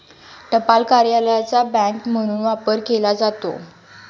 टपाल कार्यालयाचा बँक म्हणून वापर केला जातो